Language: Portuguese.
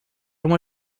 uma